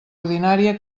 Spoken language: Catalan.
ordinària